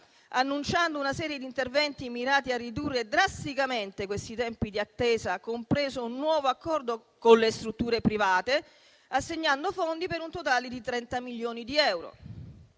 annunciando una serie di interventi mirati a ridurre drasticamente i tempi di attesa, compreso un nuovo accordo con le strutture private, assegnando fondi per un totale di 30 milioni di euro?